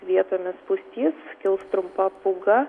vietomis pustys kils trumpa pūga